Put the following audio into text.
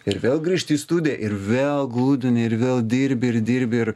ir vėl grįžti į studiją ir vėl glūdini ir vėl dirbi ir dirbi ir